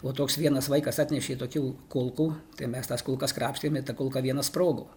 o toks vienas vaikas atnešė tokių kulkų tai mes tas kulkas krapštėm ir ta kulka viena sprogo